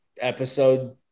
episode